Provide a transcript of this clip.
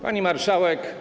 Pani Marszałek!